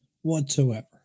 Whatsoever